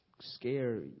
scary